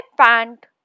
pant